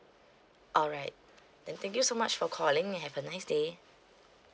alright tha~ thank you so much for calling have a nice day